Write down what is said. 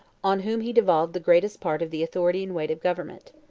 on whom he devolved the greatest part of the authority and weight of government.